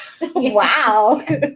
Wow